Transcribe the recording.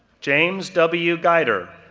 james w. guider,